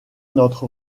notre